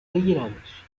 بگیرمش